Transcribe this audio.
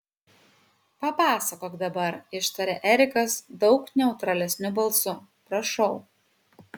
papasakok dabar ištarė erikas daug neutralesniu balsu prašau